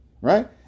right